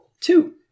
two